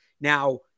Now